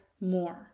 more